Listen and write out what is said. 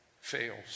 fails